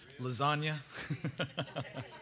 lasagna